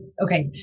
okay